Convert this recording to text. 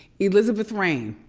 elizabeth reign,